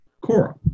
Cora